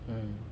mm